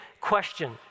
question